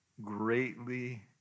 greatly